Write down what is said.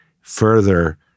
further